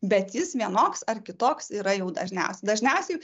bet jis vienoks ar kitoks yra jau dažniausiai dažniausiai